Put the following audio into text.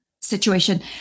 situation